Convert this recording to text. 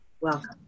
Welcome